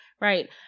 right